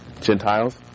Gentiles